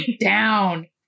down